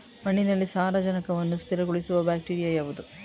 ಮಣ್ಣಿನಲ್ಲಿ ಸಾರಜನಕವನ್ನು ಸ್ಥಿರಗೊಳಿಸುವ ಬ್ಯಾಕ್ಟೀರಿಯಾ ಯಾವುದು?